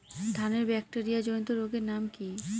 ধানের ব্যাকটেরিয়া জনিত রোগের নাম কি?